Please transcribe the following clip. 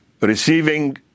receiving